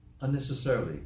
unnecessarily